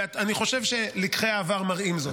ואני חושב שלקחי העבר מראים זאת.